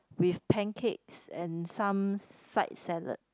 with pancakes and some sides salad